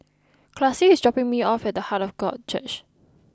Classie is dropping me off at Heart of God Church